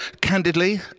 candidly